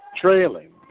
trailing